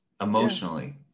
emotionally